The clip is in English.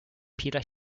peter